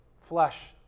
flesh